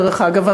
דרך אגב,